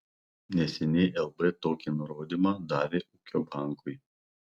neseniai lb tokį nurodymą davė ūkio bankui